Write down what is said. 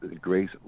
grace